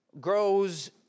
grows